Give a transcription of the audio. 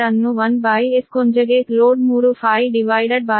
ಈಗ ಇಲ್ಲಿ VL L22 ಅನ್ನು 1Sload3∅MVA base